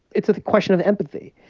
it's a question of empathy.